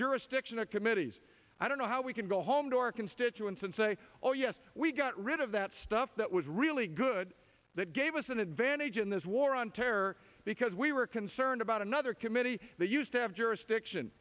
jurisdictional committees i don't know how we can go home to our constituents and say oh yes we got rid of that stuff that was really good that gave us an advantage in this war on terror because we were concerned about another committee that used to have jurisdiction